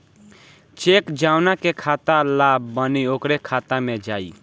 check जौना के खाता ला बनी ओकरे खाता मे जाई